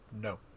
No